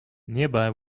nearby